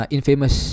Infamous